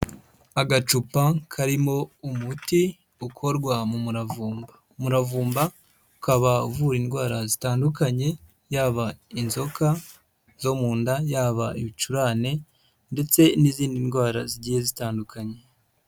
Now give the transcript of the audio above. Agacupa karimo umuti ukorwa mu muravumba, umuravumba ukaba uvura indwara zitandukanye yaba inzoka zo mu nda, yaba ibicurane ndetse n'izindi ndwara zigiye zitandukanye.